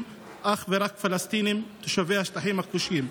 לו אך ורק פלסטינים תושבי השטחים הכבושים.